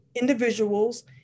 individuals